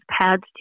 pads